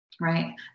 right